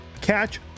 catch